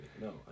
no